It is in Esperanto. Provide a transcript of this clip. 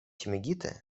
timigita